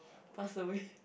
pass away